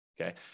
Okay